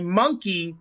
monkey